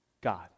God